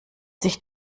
sich